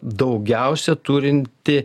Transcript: daugiausia turinti